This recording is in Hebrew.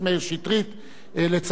לצרפם לסדר-היום.